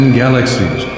galaxies